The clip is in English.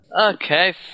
Okay